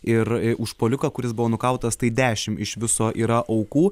ir užpuoliką kuris buvo nukautas tai dešim iš viso yra aukų